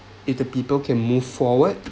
if the people can move forward